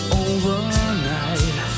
overnight